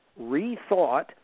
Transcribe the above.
rethought